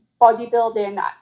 bodybuilding